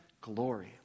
glory